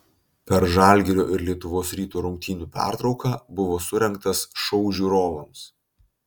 per žalgirio ir lietuvos ryto rungtynių pertrauką buvo surengtas šou žiūrovams